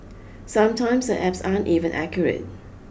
sometimes apps aren't even accurate